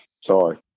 Sorry